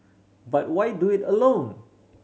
but why do it alone